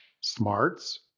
Smarts